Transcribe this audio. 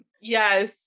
yes